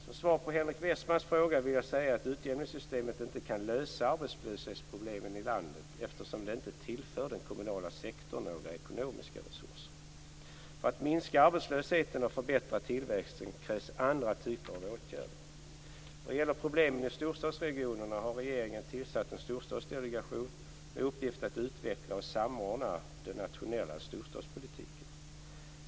Som svar på Henrik Westmans fråga vill jag säga att utjämningssystemet inte kan lösa arbetslöshetsproblemen i landet eftersom det inte tillför den kommunala sektorn några ekonomiska resurser. För att minska arbetslösheten och förbättra tillväxten krävs andra typer av åtgärder. Vad gäller problemen i storstadsregionerna har regeringen tillsatt en storstadsdelegation med uppgift att utveckla och samordna den nationella storstadspolitiken.